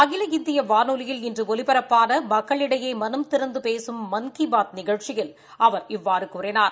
அகில இந்திய வானொலியில் இன்று ஒலிபரப்பான மக்களிடையே மனம் திறந்து பேசும் மன் கி பாத் நிகழ்ச்சியில் அவர் இவ்வாறு கூறினார்